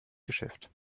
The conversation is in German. geschäft